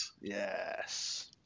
Yes